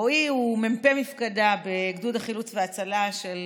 רועי הוא מ"פ מפקדה בגדוד החילוץ וההצלה של